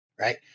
right